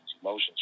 emotions